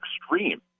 extreme